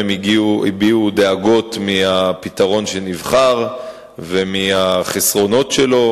הם הביעו דאגות מהפתרון שנבחר ומהחסרונות שלו.